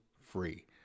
free